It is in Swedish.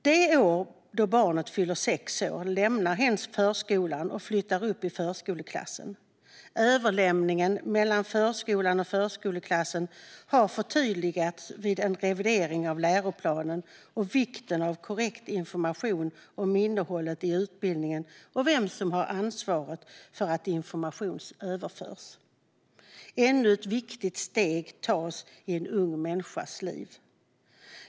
Det år då barnet fyller sex år lämnar hen förskolan och flyttar upp i förskoleklassen. Överlämningen mellan förskola och förskoleklass har förtydligats vid en revidering av läroplanen, liksom vikten av korrekt information om innehållet i utbildningen och vem som har ansvaret för att information överförs. Ännu ett viktigt steg tas i en ung människas liv.